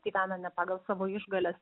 gyvena ne pagal savo išgales